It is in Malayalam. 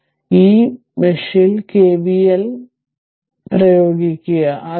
അതിനാൽ ഈ മെഷിൽ കെവിഎൽ പ്രയോഗിക്കുക